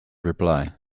reply